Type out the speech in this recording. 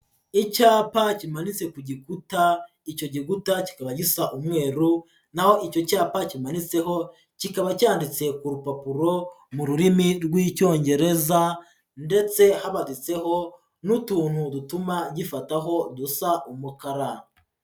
Icyapa kimanitse ku gikuta, icyo gikuta kikaba gisa umweru na ho icyo cyapa kimanitseho, kikaba cyanditse ku rupapuro mu rurimi rw'Icyongereza ndetse habaditseho n'utuntu dutuma gifataho dusa umukara.